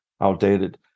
outdated